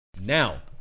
Now